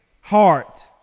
heart